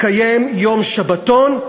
לקיים יום שבתון,